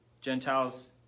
Gentiles